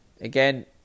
Again